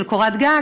של קורת גג,